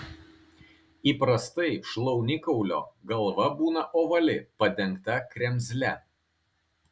įprastai šlaunikaulio galva būna ovali padengta kremzle